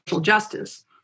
justice